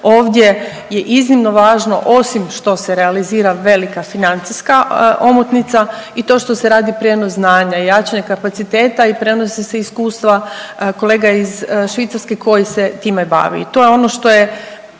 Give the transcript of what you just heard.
Ovdje je iznimno važno osim što se realizira velika financijska omotnica i to što se radi prijenos znanja, jačanje kapaciteta i prenose se iskustva kolega iz Švicarske koji se time bavi